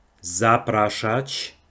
zapraszać